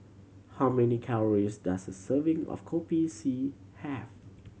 how many calories does a serving of Kopi C have